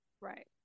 right